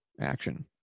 action